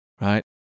right